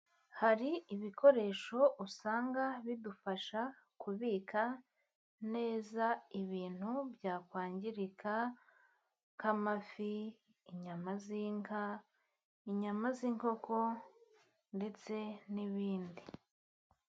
Hari ibikoresho usanga bidufasha kubika neza ibintu byakwangirika, nk'amafi, inyama z'inka, inyama z'inkoko, ndetse n'ibindi.